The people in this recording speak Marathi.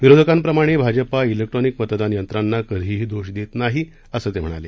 विरोधकांप्रमाणे भाजपा लैक्ट्रॉनिक मतदान यंत्रांना कधीही दोष देत नाही असं ते म्हणाले